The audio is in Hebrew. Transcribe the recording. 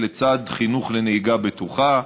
לצד חינוך לנהיגה בטוחה,